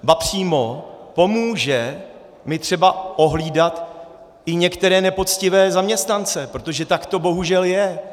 Ba přímo pomůže mi třeba ohlídat i některé nepoctivé zaměstnance, protože tak to bohužel je.